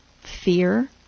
fear